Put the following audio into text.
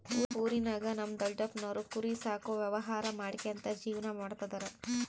ಊರಿನಾಗ ನಮ್ ದೊಡಪ್ಪನೋರು ಕುರಿ ಸಾಕೋ ವ್ಯವಹಾರ ಮಾಡ್ಕ್ಯಂತ ಜೀವನ ಮಾಡ್ತದರ